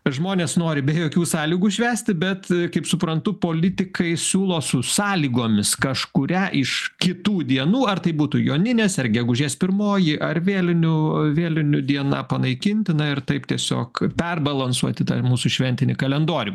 žmonės nori be jokių sąlygų švęsti bet kaip suprantu politikai siūlo su sąlygomis kažkurią iš kitų dienų ar tai būtų joninės ar gegužės pirmoji ar vėlinių vėlinių diena panaikinti na ir taip tiesiog perbalansuoti tai mūsų šventinį kalendorių